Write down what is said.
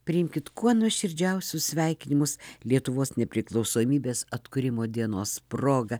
priimkit kuo nuoširdžiausius sveikinimus lietuvos nepriklausomybės atkūrimo dienos proga